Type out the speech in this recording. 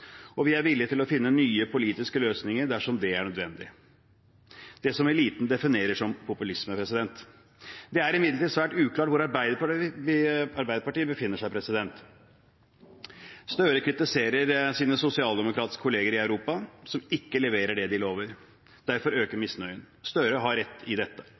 flest. Vi er villig til å finne nye politiske løsninger dersom det er nødvendig – det som eliten definerer som populisme. Det er imidlertid svært uklart hvor Arbeiderpartiet befinner seg. Gahr Støre kritiserer sine sosialdemokratiske kolleger i Europa som ikke leverer det de lover. Derfor øker misnøyen. Gahr Støre har rett i dette.